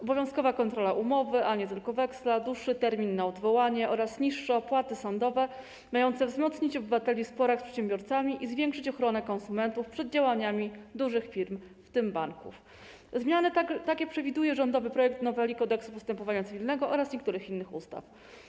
Obowiązkowa kontrola umowy, a nie tylko weksla, dłuższy termin przewidziany na odwołanie oraz niższe opłaty sądowe mające wzmocnić obywateli w sporach z przedsiębiorcami i zwiększyć ochronę konsumentów przed działaniami dużych firm, w tym banków - takie zmiany przewiduje rządowy projekt noweli Kodeksu postępowania cywilnego oraz niektórych innych ustaw.